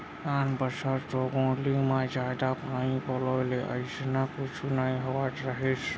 आन बछर तो गोंदली म जादा पानी पलोय ले अइसना कुछु नइ होवत रहिस